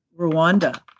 Rwanda